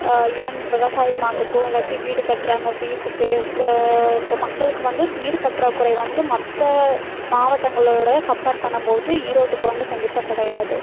even விவசாயமாகட்டும் இல்லாட்டி வீடு கட்டுறாங்க வீட்டுக்கு இப்போ மக்களுக்கு வந்து நீர் பற்றாக்குறை வந்து மற்ற மாவட்டங்களோடு கம்ப்பேர் பண்ணும்போது ஈரோட்டுக்கு வந்து கண்டிப்பாக கிடையாது